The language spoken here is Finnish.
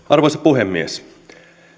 arvoisa puhemies